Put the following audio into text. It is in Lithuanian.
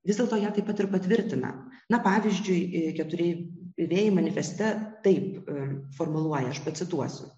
vis dėlto ją taip pat ir patvirtina na pavyzdžiui keturi vėjai manifeste taip formuluoja aš pacituosiu